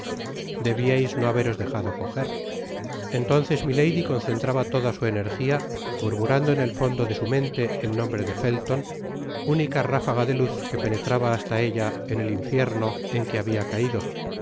from google book search generated at entonces miladv concentraba toda su energia murmurando en el fondo de su mente el nombre de felton única ráfaga de luz que penetrara hasta ella en el infierno en que habia caido